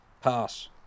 pass